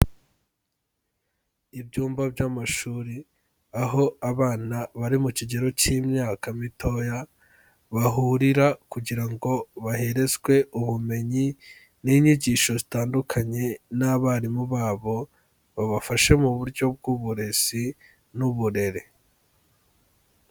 Ibyumba by'amashuri, aho abana bari mu kigero k'imyaka mitoya bahurira, kugira ngo baherezwe ubumenyi n'inyigisho zitandukanye n'abarimu babo, babafashe mu buryo bw'uburezi n'uburere.